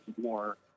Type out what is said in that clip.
more